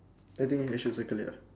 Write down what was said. I think you should circle it ah